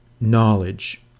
knowledge